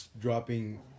dropping